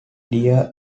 deer